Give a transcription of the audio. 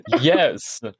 yes